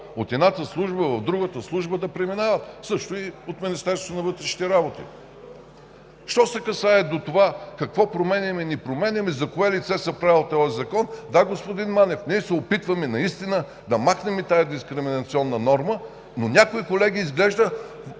от едната служба в другата. Също и от Министерството на вътрешните работи. Що се касае до това какво променяме – не променяме за кое лице се правел този закон. Да, господин Манев, ние се опитваме наистина да махнем тази дискриминационна норма, но някои колеги изглежда